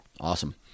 Awesome